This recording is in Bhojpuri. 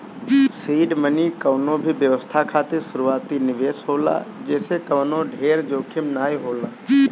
सीड मनी कवनो भी व्यवसाय खातिर शुरूआती निवेश होला जेसे कवनो ढेर जोखिम नाइ होला